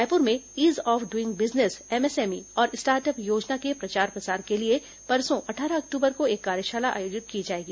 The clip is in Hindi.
रायपुर में ease of doing business MSME और स्टार्ट अप योजना के प्रचार प्रसार के लिए परसों अट्ठारह अक्टूबर को एक कार्यशाला आयोजित की जाएगी